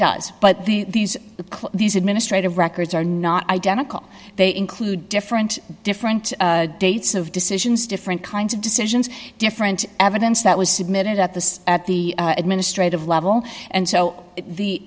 does but these the close these administrative records are not identical they include different different dates of decisions different kinds of decisions different evidence that was submitted at the at the administrative level and so he